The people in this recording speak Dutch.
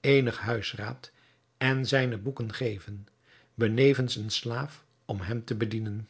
eenig huisraad en zijne boeken geven benevens een slaaf om hem te bedienen